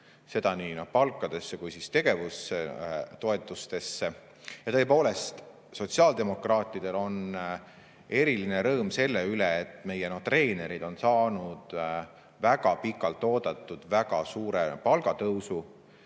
nii palkadesse kui ka tegevustoetustesse. Tõepoolest, sotsiaaldemokraatidel on eriline rõõm selle üle, et meie treenerid on saanud kaua oodatud väga suure palgatõusu.